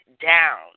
down